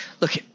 look